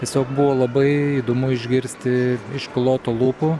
tiesiog buvo labai įdomu išgirsti iš piloto lūpų